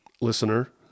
listener